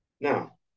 Now